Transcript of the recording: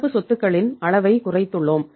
நடப்பு சொத்துகளின் அளவைக் குறைத்துள்ளோம்